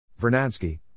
Vernansky